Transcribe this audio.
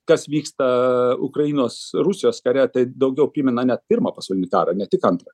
kas vyksta ukrainos rusijos kare tai daugiau net primena pirmą pasaulinį kąrą ne tik antrą